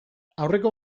aurreko